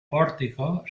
pórtico